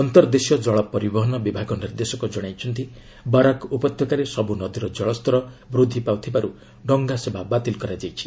ଅନ୍ତର୍ଦେଶୀୟ କଳ ପରିବହନ ବିଭାଗ ନିର୍ଦ୍ଦେଶକ ଜଣାଇଛନ୍ତି ବାରାକ୍ ଉପତ୍ୟକାରେ ସବୁ ନଦୀର ଜଳସ୍ତର ବୃଦ୍ଧିପାଇବାରୁ ଡଙ୍ଗାସେବା ବାତିଲ କରାଯାଇଛି